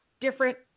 different